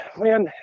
man